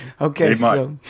Okay